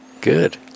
Good